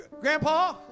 Grandpa